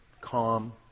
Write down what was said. calm